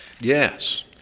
Yes